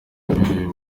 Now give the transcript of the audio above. imbibi